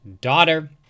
daughter